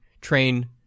Train